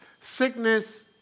Sickness